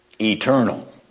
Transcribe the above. eternal